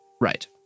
Right